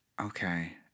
Okay